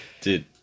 Dude